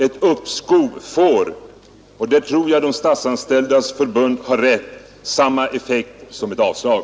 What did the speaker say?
Ett uppskov får — där tror jag att Statsanställdas förbund har rätt — samma effekt som ett avslag.